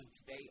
today